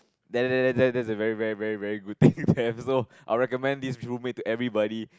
there there there is very very very good to have I'll recommend this roommate to everybody